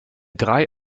drei